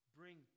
bring